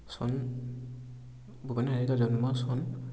চন ভূপেন হাজৰিকা জন্ম চন